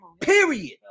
period